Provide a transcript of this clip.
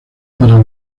para